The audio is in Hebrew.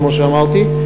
כמו שאמרתי.